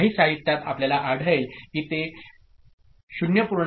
काही साहित्यात आपल्याला आढळेल की ते 0